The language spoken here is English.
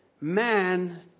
man